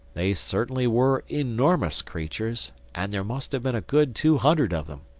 they certainly were enormous creatures and there must have been a good two hundred of them.